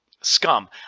scum